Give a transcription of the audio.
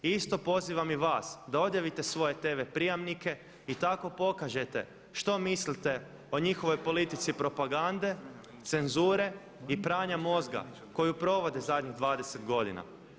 Isto pozivam i vas da odjavite svoje TV prijamnike i tako pokažete što mislite o njihovoj politici propagande, cenzure i pranja mozga koju provode zadnjih 20 godina.